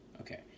Okay